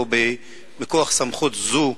ומכוח סמכות זו,